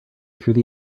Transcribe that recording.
through